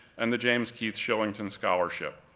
and the james keith shillington scholarship.